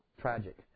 tragic